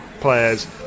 players